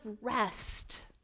rest